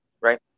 right